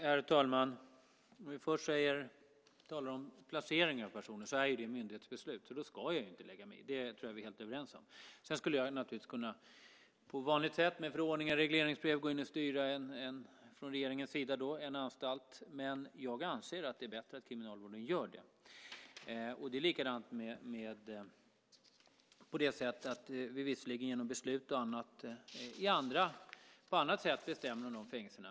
Herr talman! När det gäller placeringen av personer är det ett myndighetsbeslut, och det ska jag inte lägga mig i. Det tror jag att vi är helt överens om. Sedan skulle jag naturligtvis på vanligt sätt, med förordningar och regleringsbrev, från regeringen kunna gå in och styra en anstalt. Men jag anser att det är bättre att Kriminalvården gör det. Det är visserligen på det sättet att vi genom beslut och på annat sätt bestämmer om dessa fängelser.